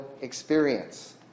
experience